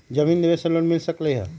जमीन देवे से लोन मिल सकलइ ह?